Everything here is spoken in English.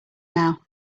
now